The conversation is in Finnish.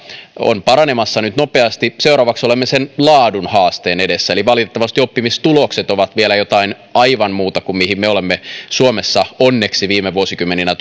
on paranemassa nyt nopeasti seuraavaksi olemme laatuhaasteen edessä eli valitettavasti oppimistulokset ovat vielä jotain aivan muuta kuin mihin me olemme suomessa onneksi viime vuosikymmeninä